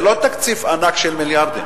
זה לא תקציב ענק של מיליארדים,